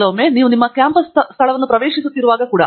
ಕೆಲವೊಮ್ಮೆ ನೀವು ನಿಮ್ಮ ಕ್ಯಾಂಪಸ್ ಸ್ಥಳವನ್ನು ಪ್ರವೇಶಿಸುತ್ತಿರುವಾಗ ಕೂಡ